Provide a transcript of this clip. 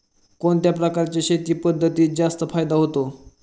कोणत्या प्रकारच्या शेती पद्धतीत जास्त फायदा होतो?